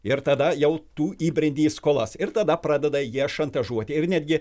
ir tada jau tu įbrendi į skolas ir tada pradeda jie šantažuoti ir netgi